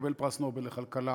ולקבל פרס נובל לכלכלה,